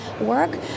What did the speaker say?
work